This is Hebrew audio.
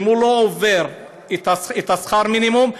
ואם הוא לא עובר את שכר המינימום,